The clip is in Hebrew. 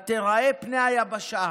ותיראה פני היבשה.